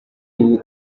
ubu